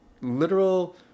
literal